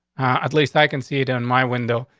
at least i can see it on my window.